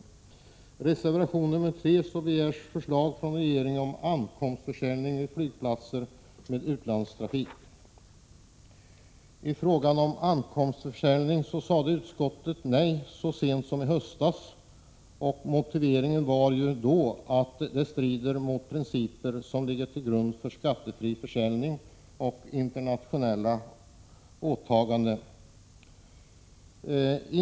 I reservation nr 3 begärs förslag från regeringen om ankomstförsäljning vid flygplatser med utlandstrafik. Frågan om ankomstförsäljning avvisades av utskottet så sent som i höstas. Motiveringen var då att det strider mot de principer som ligger till grund för den skattefria försäljningen och mot internationella åtaganden.